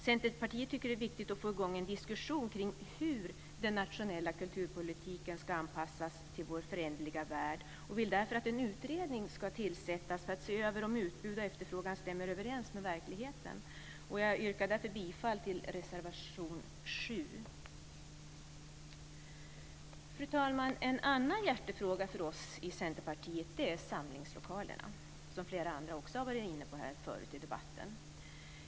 Centerpartiet tycker att det är viktigt att få i gång en diskussion kring hur den nationella kulturpolitiken ska anpassas till vår föränderliga värld och vill därför att en utredning ska tillsättas för att se över om utbud och efterfrågan stämmer överens med verkligheten. Jag yrkar därför bifall till reservation 7. Fru talman! En annan hjärtefråga för oss i Centerpartiet är samlingslokalerna, vilket flera andra talare i debatten tidigare har tagit upp.